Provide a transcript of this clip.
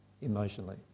emotionally